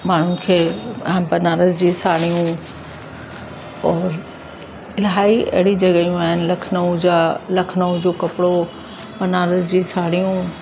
माण्हुनि खे हा बनारस जी साड़ियूं और इलाही अहिड़ी जॻहियूं आहिनि लखनऊ जा लखनऊ जो कपिड़ो बनारस जी साड़ियूं